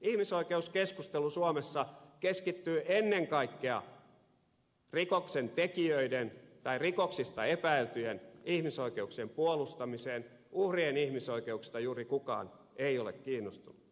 ihmisoikeuskeskustelu suomessa keskittyy ennen kaikkea rikoksentekijöiden tai rikoksista epäiltyjen ihmisoikeuksien puolustamiseen uhrien ihmisoikeuksista juuri kukaan ei ole kiinnostunut